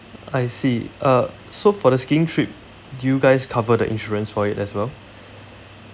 I see uh so for the skiing trip do you guys cover the insurance for it as well